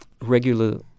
regular